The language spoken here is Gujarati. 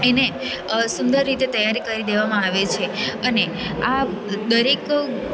એને સુંદર રીતે તૈયારી કરી દેવામાં આવે છે અને આ દરેક